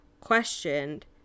questioned